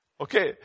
Okay